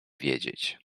wiedzieć